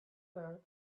her